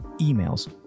emails